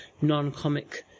non-comic